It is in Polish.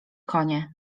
konie